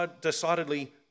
decidedly